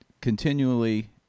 continually